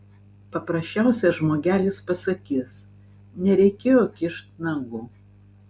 paprasčiausias žmogelis pasakys nereikėjo kišt nagų